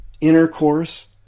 intercourse